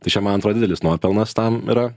tai čia man atrodo didelis nuopelnas tam yra